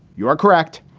you are correct.